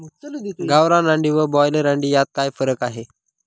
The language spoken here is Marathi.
गावरान अंडी व ब्रॉयलर अंडी यात काय फरक आहे?